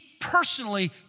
personally